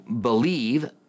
believe